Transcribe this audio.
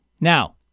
Now